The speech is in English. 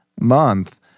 month